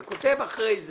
אתה כותב אחר כך